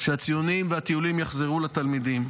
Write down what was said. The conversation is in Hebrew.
כדי שהציונים והטיולים יחזרו לתלמידים.